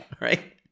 right